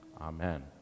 amen